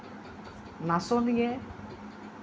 নাচনীয়ে